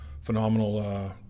phenomenal